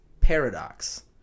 paradox